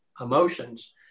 emotions